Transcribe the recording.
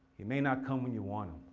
he may not come when you want him,